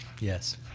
Yes